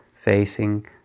facing